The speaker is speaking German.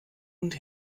und